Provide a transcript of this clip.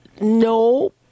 no